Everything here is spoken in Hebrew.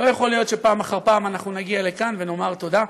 לא יכול להיות שפעם אחר פעם אנחנו נגיע לכאן ונאמר תודה,